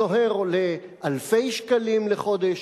סוהר עולה אלפי שקלים לחודש,